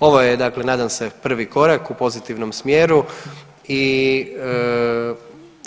Ovo je dakle, nadam se prvi korak u pozitivnim smjeru i